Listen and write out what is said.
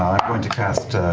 going to cast